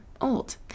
old